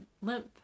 lymph